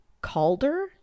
calder